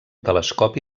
telescopi